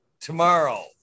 tomorrow